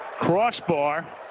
Crossbar